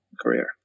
career